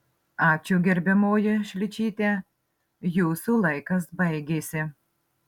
ačiū gerbiamoji šličyte jūsų laikas baigėsi